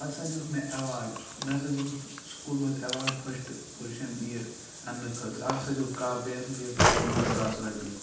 پَتہٕ ہَسا دیُتُکھ مےٚ ایٚواڈ مےٚ ہَسا دیُتُکھ سُکوٗل مَنٛز ایٚواڈ فٔسٹ پُزشَن یہِ اننہِ خٲطرٕ اکھ ہَسا دیتُکھ کَپ بییٚہِ ہَسا دِتِکھ پانٛژھ ساس رۄپیہِ